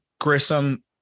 Grissom